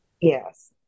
Yes